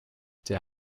der